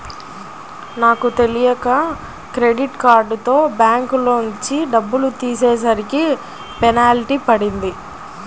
నాకు తెలియక క్రెడిట్ కార్డుతో బ్యాంకులోంచి డబ్బులు తీసేసరికి పెనాల్టీ పడింది